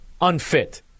unfit